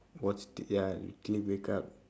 ya wake up